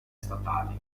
statali